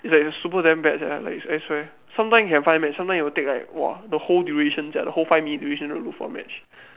is like super damn bad sia is like I swear sometime you can find match sometime you will take like !wah! the whole duration sia that whole five minutes duration to look for match